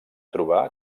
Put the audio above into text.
trobar